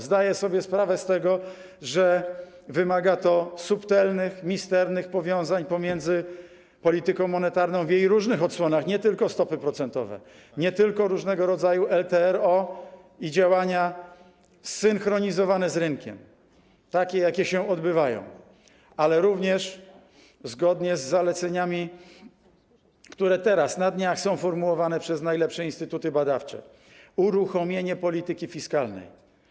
Zdaję sobie sprawę z tego, że wymaga to subtelnych, misternych powiązań pomiędzy polityką monetarną w jej różnych odsłonach, nie tylko stopy procentowe, nie tylko różnego rodzaju LTRO i działania zsynchronizowane z rynkiem, takie jakie są prowadzone, ale również, zgodnie z zaleceniami, które teraz, na dniach, są formułowane przez najlepsze instytuty badawcze, uruchomienia polityki fiskalnej.